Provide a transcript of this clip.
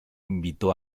invitó